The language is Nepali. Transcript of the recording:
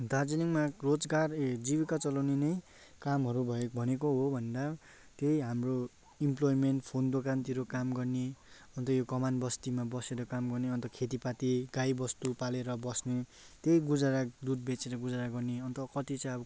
दार्जिलिङमा रोजगार ए जीविका चलाउने नै कामहरू भएको भनेको हो भन्दा त्यही हाम्रो इम्प्लोइमेन्ट फोन दोकानतिर काम गर्ने अन्त यो कमानबस्तीमा बसेर काम गर्ने अन्त खेतीपाती गाईबस्तु पालेर बस्ने त्यही गुजारा दुध बेचेर गुजारा गर्ने अन्त कति चाहिँ अब